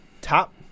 top